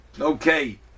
okay